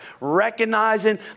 recognizing